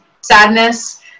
sadness